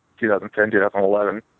2010-2011